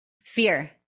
Fear